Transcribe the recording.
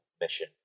mission